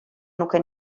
nuke